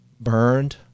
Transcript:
burned